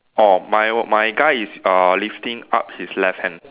orh my my guy is uh lifting up his left hand